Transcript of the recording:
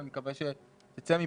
ואני מקווה שתצא מפה,